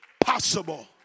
possible